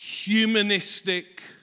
humanistic